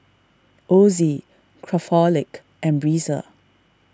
Ozi Craftholic and Breezer